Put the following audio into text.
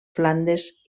flandes